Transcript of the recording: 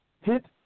hit